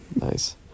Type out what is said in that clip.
Nice